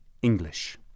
English